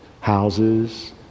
Houses